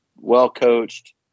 Well-coached